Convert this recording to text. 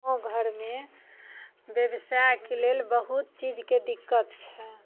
ओ घरमे बेवसाइके लेल बहुत चीजके दिक्कत छै